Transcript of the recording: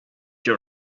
your